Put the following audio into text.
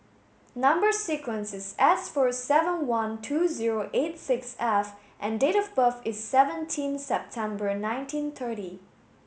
number sequence is S four seven one two zero eight six F and date of birth is seventeen September nineteen thirty